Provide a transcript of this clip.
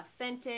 authentic